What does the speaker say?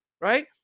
right